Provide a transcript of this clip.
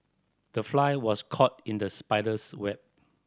the fly was caught in the spider's web